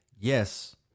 Yes